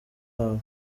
wawe